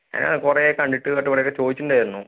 ആ കുറേയായി കണ്ടിട്ട് പറഞ്ഞിട്ട് ഇവിടെയൊക്കെ ചോദിച്ചിട്ടുണ്ടായിരുന്നു